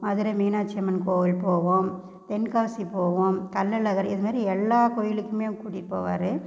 மதுரை மீனாட்சி அம்மன் கோயில் போவோம் தென்காசி போவோம் கள்ளழகர் இதுமாதிரி எல்லா கோயிலுக்குமே கூட்டிகிட்டு போவார்